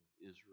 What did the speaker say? Israel